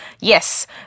Yes